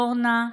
אורנה,